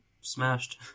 smashed